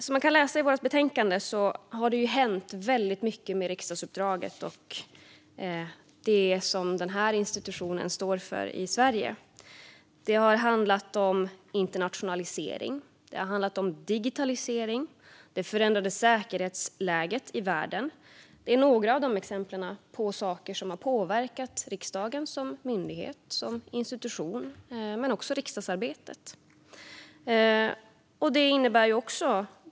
Som man kan läsa i vårt betänkande har det hänt väldigt mycket med riksdagsuppdraget och det som den här institutionen står för i Sverige. Internationalisering, digitalisering och det förändrade säkerhetsläget i världen är några exempel på saker som har påverkat riksdagen som myndighet och institution men också riksdagsarbetet.